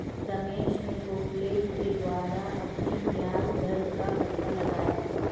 रमेश ने बुकलेट के द्वारा अपने ब्याज दर का पता लगाया